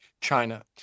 china